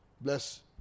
Bless